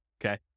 okay